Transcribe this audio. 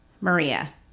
Maria